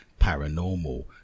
paranormal